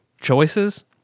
choices